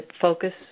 focus